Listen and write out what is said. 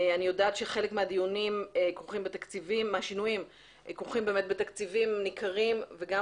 אני יודעת שחלק מהשינויים כרוכים בתקציבים ניכרים וגם